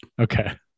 Okay